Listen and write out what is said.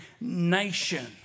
nation